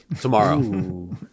tomorrow